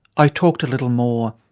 i talked a little more,